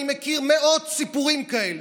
אני מכיר מאות סיפורים כאלה.